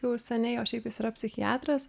jau ir seniai o šiaip jis yra psichiatras